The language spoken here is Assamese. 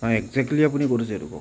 হয় একজেক্টলী আপুনি ক'ত আছে সেইটো কওক